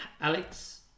Alex